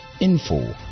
info